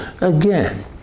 Again